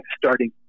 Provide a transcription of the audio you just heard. starting